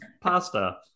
pasta